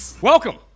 Welcome